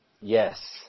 Yes